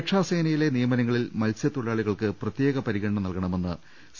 രക്ഷാസേനയിലെ നിയമനങ്ങളിൽ മത്സ്യത്തൊഴിലാളി കൾക്ക് പ്രത്യേക പരിഗണന നൽകണമെന്ന് സി